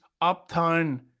Uptown